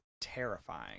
terrifying